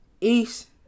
east